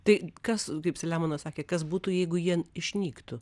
tai kas kaip selemonas sakė kas būtų jeigu jie išnyktų